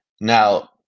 Now